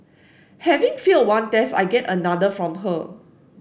having failed one test I get another from her